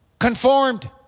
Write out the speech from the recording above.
conformed